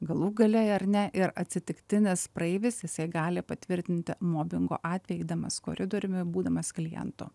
galų gale ar ne ir atsitiktinis praeivis jisai gali patvirtinti mobingo atvejį eidamas koridoriumi būdamas klientu